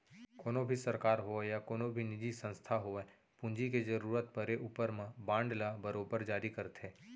कोनों भी सरकार होवय या कोनो निजी संस्था होवय पूंजी के जरूरत परे ऊपर म बांड ल बरोबर जारी करथे